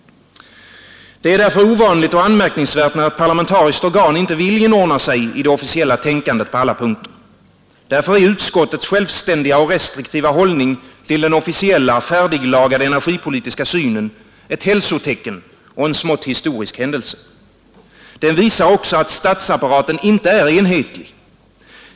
Det är alltså ovanligt och anmärkningsvärt när ett parlamentariskt organ inte vill inordna sig i det officiella tänkandet på alla punkter. Därför är utskottets självständiga och restriktiva hållning till den officiella, färdiglagade energipolitiska synen ett hälsotecken och en smått historisk händelse. Den visar också att statsapparaten inte är enhetlig.